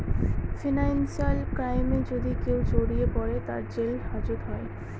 financial ক্রাইমে যদি কেউ জড়িয়ে পরে, তার জেল হাজত হয়